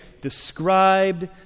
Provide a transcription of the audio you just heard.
described